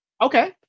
Okay